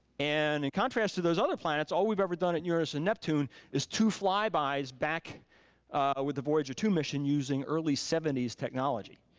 and in contrast to those other planets, all we've ever done with and uranus and neptune is two flybys back ah with the voyager two mission, using early seventy s technology.